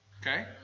Okay